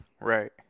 Right